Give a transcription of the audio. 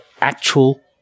actual